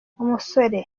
umusore